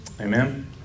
Amen